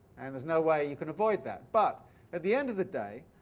and there's no way you can avoid that, but at the end of the day,